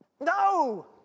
No